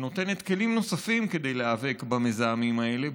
שנותנת כלים נוספים להיאבק במזהמים האלה,